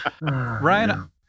Ryan